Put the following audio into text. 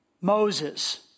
Moses